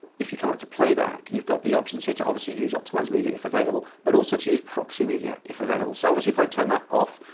if you come up to playback, you've got the options here to obviously use optimize media if available, but also to use proxy media, if available. so obviously if i turn that off,